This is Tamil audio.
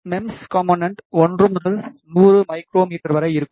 மெம்ஸ் காம்போனென்ட் 1 முதல் 100 மைக்ரோ மீட்டர் μmவரை இருக்கும்